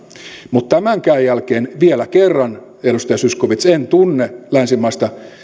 mutta tämänkään jälkeen vielä kerran edustaja zyskowicz en tunne länsimaista